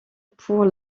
pour